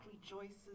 rejoices